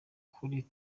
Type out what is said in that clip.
kuri